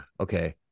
okay